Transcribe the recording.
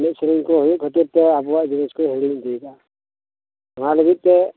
ᱮᱱᱮᱡ ᱥᱮᱨᱮᱧ ᱠᱚ ᱦᱩᱭᱩᱜ ᱠᱷᱟᱹᱛᱤᱨᱛᱮ ᱛᱮ ᱟᱵᱚᱣᱟᱜ ᱡᱤᱱᱤᱥ ᱠᱚ ᱦᱤᱲᱤᱧ ᱤᱫᱤᱭᱫᱟ ᱱᱚᱣᱟ ᱞᱟᱹᱜᱤᱫ ᱛᱮ